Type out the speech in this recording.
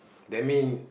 that mean